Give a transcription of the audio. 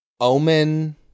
Omen